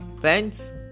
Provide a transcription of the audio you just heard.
Friends